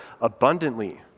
abundantly